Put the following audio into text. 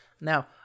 Now